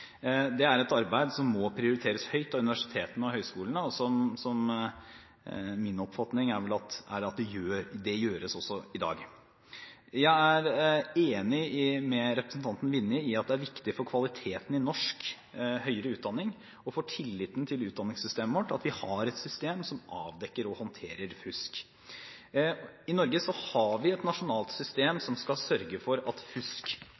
er et arbeid som må prioriteres høyt av universitetene og høyskolene, og min oppfatning er vel at dette også gjøres i dag. Jeg er enig med representanten Vinje i at det er viktig for kvaliteten i norsk høyere utdanning og for tilliten til utdanningssystemet vårt at vi har et system som avdekker og håndterer fusk. I Norge har vi et nasjonalt system som skal sørge for at fusk